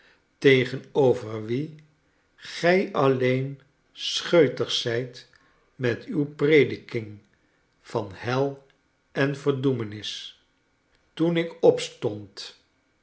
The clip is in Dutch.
tegenover wie gij alleen scheutig zijt met uw prediking van hel en verdoemenis toen ik opstond